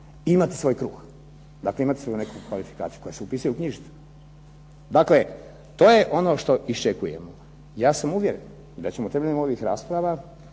imati svoj kruh, dakle imati svoju neku kvalifikaciju koja se upisuje u knjižnicu. Dakle, to je ono što iščekujemo. Ja sam uvjeren da ćemo temeljem ovih rasprava,